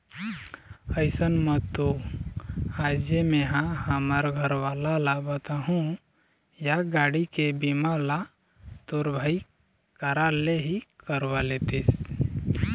अइसन म तो आजे मेंहा हमर घरवाला ल बताहूँ या गाड़ी के बीमा ल तोर भाई करा ले ही करवा लेतिस